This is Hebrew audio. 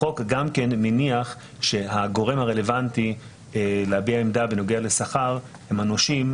החוק גם מניח שהגורם הרלוונטי להביע עמדה בנוגע לשכר הוא הנושים,